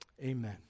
Amen